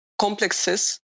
complexes